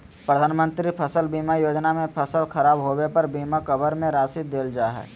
प्रधानमंत्री फसल बीमा योजना में फसल खराब होबे पर बीमा कवर में राशि देल जा हइ